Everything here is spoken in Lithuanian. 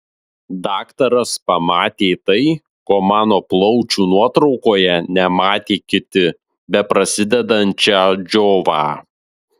daktaras pamatė tai ko mano plaučių nuotraukoje nematė kiti beprasidedančią džiovą